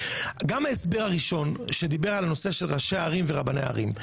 ההסבר הראשון שדיבר על הנושא של ראשי ערים ורבני ערים,